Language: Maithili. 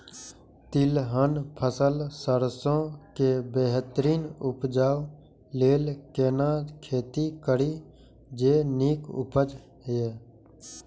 तिलहन फसल सरसों के बेहतरीन उपजाऊ लेल केना खेती करी जे नीक उपज हिय?